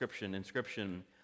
inscription